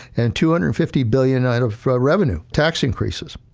and two and fifty billion out of revenue, tax increases.